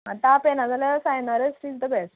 आं ताप येना जाल्यार सायनारेस्ट इज द बेस्ट